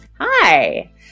Hi